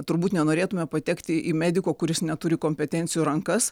turbūt nenorėtume patekti į mediko kuris neturi kompetencijų rankas